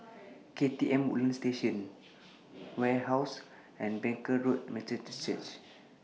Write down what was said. K T M Woodlands Station Wave House and Barker Road Methodist Church